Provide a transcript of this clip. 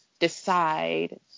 decide